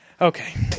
Okay